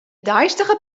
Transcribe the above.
deistige